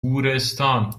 گورستان